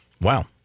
Wow